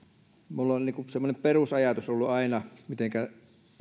minulla on semmoinen perusajatus ollut aina siitä mitenkä